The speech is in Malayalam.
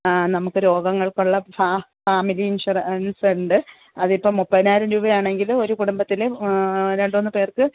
ആ നമുക്ക് രോഗങ്ങൾക്കുള്ള ഫാമിലി ഇൻഷുറൻസ്ണ്ട് അതിപ്പോൾ മുപ്പതിനായിരം രൂപയാണെങ്കിൽ ഒരു കുടുംബത്തിൽ രണ്ട് മൂന്ന് പേർക്ക്